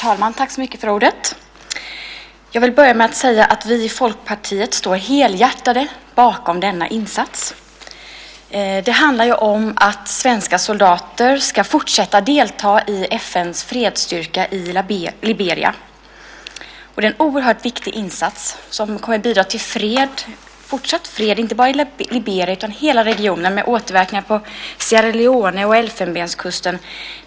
Herr talman! Jag vill börja med att säga att vi i Folkpartiet står helhjärtat bakom den insats som handlar om att svenska soldater ska fortsätta att delta i FN:s fredsstyrka i Liberia. Det är en oerhört viktig insats, som kommer att bidra till fortsatt fred, inte bara i Liberia utan i hela regionen, med återverkningar på Sierra Leone och Elfenbenskusten.